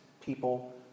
people